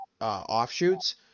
offshoots